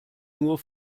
nur